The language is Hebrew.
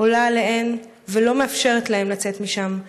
עולה עליהן ולא מאפשרת להן לצאת משם.